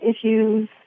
issues